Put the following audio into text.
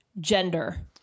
gender